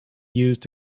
used